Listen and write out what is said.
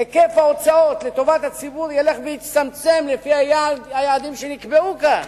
היקף ההוצאות לטובת הציבור ילך ויצטמצם לפי היעדים שנקבעו כאן,